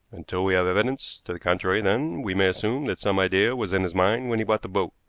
until we have evidence to the contrary, then, we may assume that some idea was in his mind when he bought the boat.